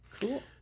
cool